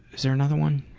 is there another one?